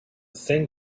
thing